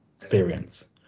experience